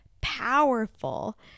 powerful